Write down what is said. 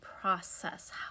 process